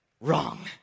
Wrong